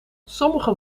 sommige